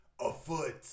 afoot